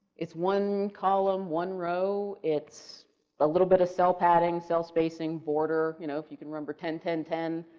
it's one column, one row. it's the ah little bit of cell padding, cell spacing border. you know if you can remember ten, ten, ten,